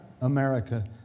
America